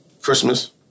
Christmas